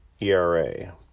ERA